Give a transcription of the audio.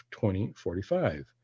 2045